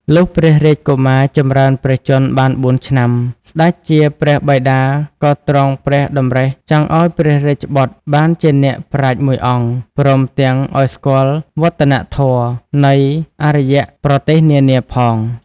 លុះព្រះរាជកុមារចម្រើនព្រះជន្មបាន ៤ ឆ្នាំ ស្ដេចជាព្រះបិតាក៏ទ្រង់ព្រះតម្រិះចង់ឲ្យព្រះរាជបុត្របានជាអ្នកប្រាជ្ញមួយអង្គ ព្រមទាំងឲ្យស្គាល់វឌ្ឍនធម៌នៃអារ្យប្រទេសនានាផង ។